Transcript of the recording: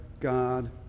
God